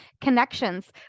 connections